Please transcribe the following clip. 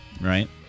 Right